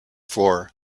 for